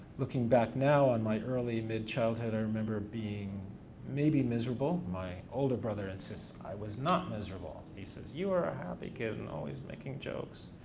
looking back now on my early-mid childhood, i remember being maybe miserable. my older brother insists i was not miserable. he says, you were a happy kid and always making jokes.